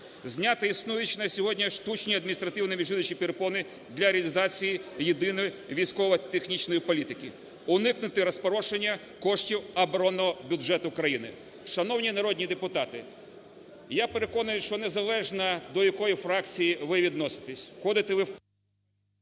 зняти існуючі на сьогодні штучні адміністративні міжвідомчі перепони для реалізації єдиної військово-технічної політики, уникнути розпорошення коштів оборонного бюджету країни. Шановні народні депутати, я переконаний, що незалежно, до якої фракції ви відноситесь, входите ви…